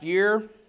year